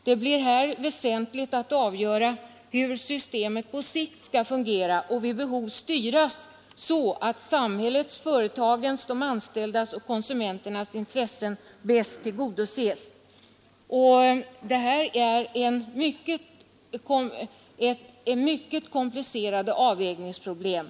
Det blir här väsentligt att avgöra hur systemet på sikt skall fungera och vid behov styras så att samhällets, företagens och de anställdas och konsumenternas intressen bäst tillgodoses. Detta är mycket komplicerade avvägningsproblem.